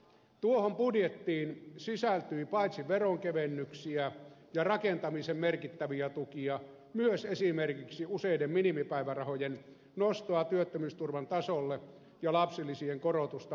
tuohon budjettiin sisältyi paitsi veronkevennyksiä ja rakentamisen merkittäviä tukia myös esimerkiksi useiden minimipäivärahojen nostoa työttömyysturvan tasolle ja lapsilisien korotusta monilapsisille perheille